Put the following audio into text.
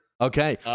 Okay